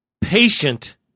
patient